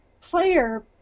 player